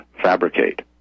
fabricate